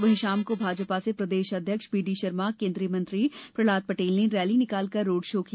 वही शाम को भाजपा से प्रदेश अध्यक्ष बीडी शर्मा केंद्रीय मंत्री प्रहलाद पटेल ने रैली निकालकर रोड शो किया